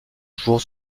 jours